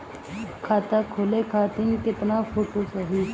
खाता खोले खातिर केतना फोटो चाहीं?